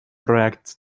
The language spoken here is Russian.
проект